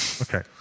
okay